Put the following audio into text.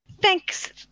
Thanks